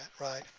right